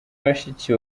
bashiki